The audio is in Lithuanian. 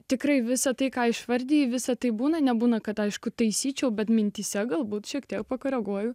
tikrai visą tai ką išvardijai visą tai būna nebūna kad aišku taisyčiau bet mintyse galbūt šiek tiek pakoreguoju